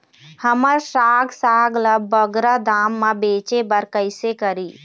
हमर साग साग ला बगरा दाम मा बेचे बर कइसे करी?